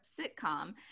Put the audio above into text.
sitcom